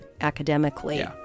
academically